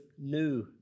new